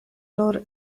nur